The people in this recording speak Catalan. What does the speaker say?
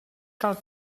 cal